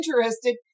interested